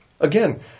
Again